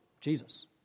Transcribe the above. Jesus